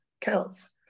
counts